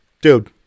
Dude